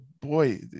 boy